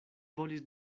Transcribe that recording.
volis